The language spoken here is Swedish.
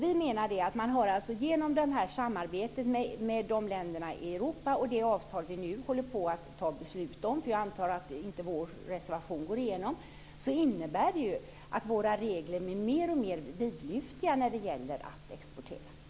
Vi menar att samarbetet med de här länderna i Europa och det avtal som vi nu håller på att fatta beslut om - jag antar att vår reservation inte går igenom - innebär att våra regler blir mer och mer vidlyftiga när det gäller att exportera.